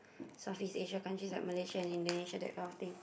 Southeast Asia country like Malaysia and Indonesia that kind of thing